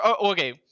okay